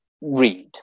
read